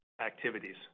activities